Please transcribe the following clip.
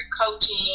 coaching